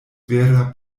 vera